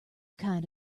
kind